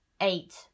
eight